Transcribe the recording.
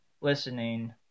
listening